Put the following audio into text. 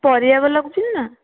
ପରିବା ବାଲା କହୁଛନ୍ତି ନା